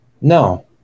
No